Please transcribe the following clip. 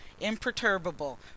imperturbable